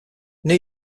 new